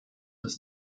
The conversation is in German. des